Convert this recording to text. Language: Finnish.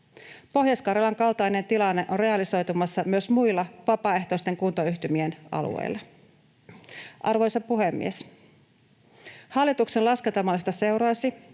Pohjois-Karjalan kaltainen tilanne on realisoitumassa myös muilla vapaaehtoisten kuntayhtymien alueilla. Arvoisa puhemies! Hallituksen laskentamallista seuraisi